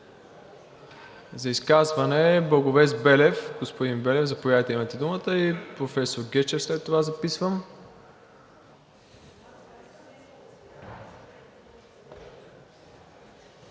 За изказване Благовест Белев. Господин Белев, заповядайте, имате думата. Професор Гечев след това записвам.